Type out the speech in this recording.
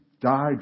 died